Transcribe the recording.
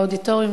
באודיטוריום,